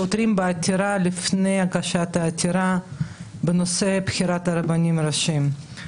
לעותרים בעתירה לפני הגשת העתירה בנושא בחירת הרבנים הראשיים.